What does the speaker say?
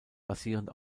basierend